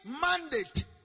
mandate